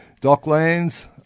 docklands